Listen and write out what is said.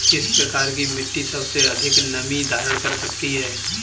किस प्रकार की मिट्टी सबसे अधिक नमी धारण कर सकती है?